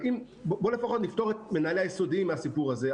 בוא לפחות נפטור את מנהלי היסודיים מהסיפור הזה,